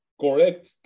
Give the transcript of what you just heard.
correct